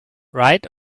right